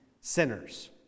sinners